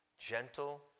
gentle